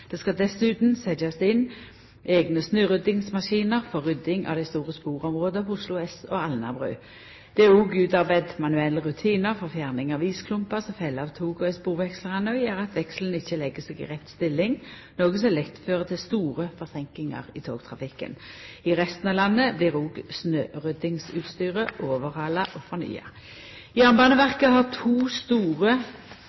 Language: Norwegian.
Det skal dessutan setjast inn eigne snøryddingsmaskiner for rydding av dei store sporområda på Oslo S og Alnabru. Det er òg utarbeidd manuelle rutinar for fjerning av isklumpar som fell av toga i sporvekslarane og gjer at vekselen ikkje legg seg i rett stilling, noko som lett fører til store forseinkingar i togtrafikken. I resten av landet blir òg snøryddingsutstyret overhala og